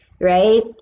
right